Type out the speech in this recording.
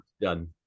Done